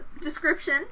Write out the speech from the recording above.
description